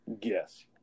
yes